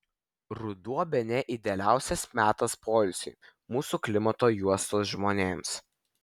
ruduo bene idealiausias metas poilsiui mūsų klimato juostos žmonėms